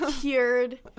cured